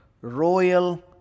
royal